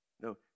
No